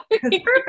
Perfect